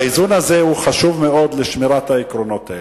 האיזון הזה חשוב מאוד לשמירת העקרונות האלה.